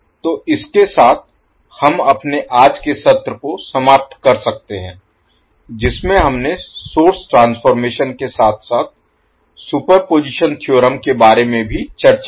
तो इसके साथ हम अपने आज के सत्र को समाप्त कर सकते हैं जिसमें हमने सोर्स ट्रांसफॉर्मेशन के साथ साथ सुपरपोजिशन थ्योरम के बारे में भी चर्चा की